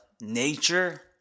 Nature